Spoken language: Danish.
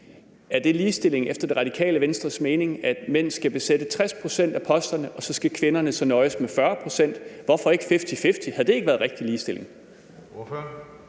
Er det ligestilling efter Radikale Venstres mening, at mænd skal besætte 60 pct. af posterne, og at kvindernes så skal nøjes med 40 pct.? Hvorfor er det ikke fifty-fifty? Havde det ikke været rigtig ligestilling?